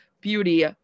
beauty